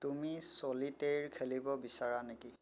তুমি চলিটেইৰ খেলিব বিচৰা নেকি